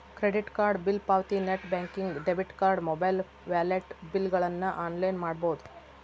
credit card bill ಪಾವತಿ net banking debit card mobile wallet ಬಿಲ್ಗಳನ್ನ online ಮಾಡಬೋದ್